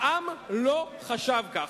העם לא חשב ככה.